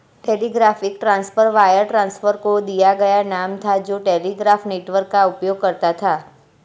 telegraphic transfer wire transfer को दिया गया नाम था जो टेलीग्राफ नेटवर्क का उपयोग करता था